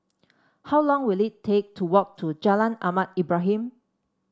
how long will it take to walk to Jalan Ahmad Ibrahim